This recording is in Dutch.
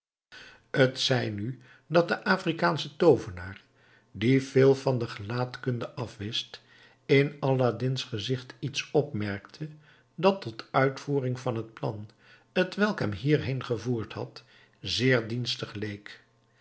t zij nu dat de afrikaansche toovenaar die veel van de gelaatkunde afwist in aladdin's gezicht iets opmerkte dat tot uitvoering van het plan twelk hem hierheen gevoerd had zeer dienstig